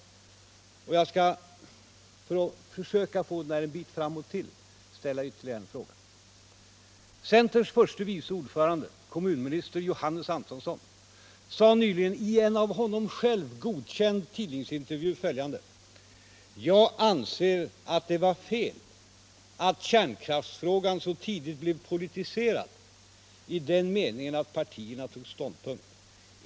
Och för att försöka få den här debatten ännu en bit framåt skall jag ställa ytterligare en fråga. Centerns förste vice ordförande, kommunminister Johannes Antonsson, sade nyligen i en av honom själv godkänd tidningsintervju följande: ”Jag anser att det var fel att kärnkraftsfrågan så tidigt blev politiserad i den meningen att partierna tog ståndpunkt.